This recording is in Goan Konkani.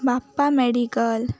बाप्पा मेडिकल